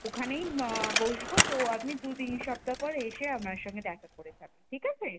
ওখানেই বসবো তো আপনি দু তিন সপ্তাহ পর এসে আমার সঙ্গে দেখা করে যাবেন ঠিক আছে